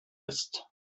ist